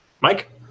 Mike